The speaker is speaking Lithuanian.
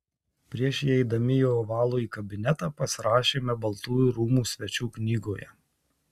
prieš įeidami į ovalųjį kabinetą pasirašėme baltųjų rūmų svečių knygoje